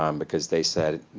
um because they said,